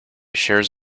shares